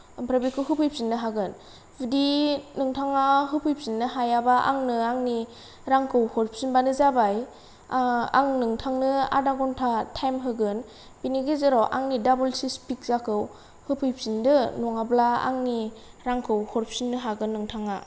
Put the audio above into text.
ओमफ्राय बेखौ होफैफिननो हागोन जुदि नोंथाङा होफैफिननो हायाबा आंनो आंनि रांखौ हरफिनबानो जाबाय आं नोंथांनो आदा घन्टा टाइम होगोन बिनि गेजेराव आंनि डाबल सिस फिज्जाखौ होफैफिनदो नङाब्ला आंनि रांखौ हरफिननो हागोन नोंथाङा